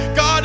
God